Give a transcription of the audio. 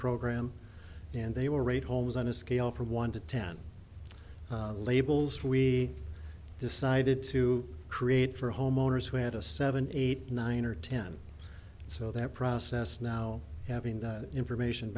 program and they were rate homes on a scale from one to ten labels we decided to create for homeowners who had a seven eight nine or ten so that process now having that information